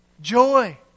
joy